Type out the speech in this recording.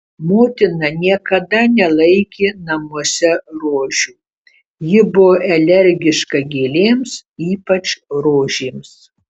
motina niekada nelaikė namuose rožių ji buvo alergiška gėlėms ypač rožėms